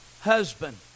husband